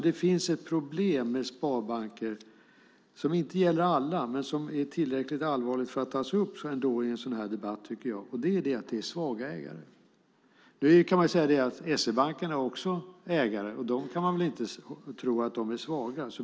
Det finns ett problem med sparbanker som inte gäller alla men som är tillräckligt allvarligt för att tas upp i en sådan här debatt, och det är att det är svaga ägare. Nu kan man säga att också SEB har ägare, och om dem kan man inte tro att de är svaga.